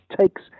takes